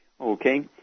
Okay